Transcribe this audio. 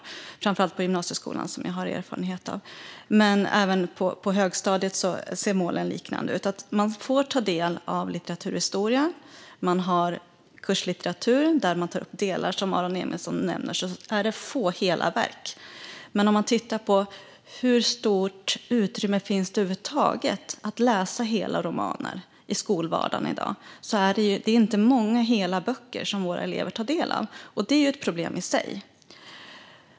Det gäller framför allt gymnasieskolan, som jag har erfarenhet av, men det är liknande mål även på högstadiet. Man får ta del av litteraturhistoria, och man har kurslitteratur där delar tas upp - som Aron Emilsson nämner är det få hela verk. Men om man tittar på hur stort utrymme att läsa hela romaner det över huvud taget finns i skolvardagen i dag ser man att det inte är många hela böcker våra elever tar del av, vilket är ett problem i sig.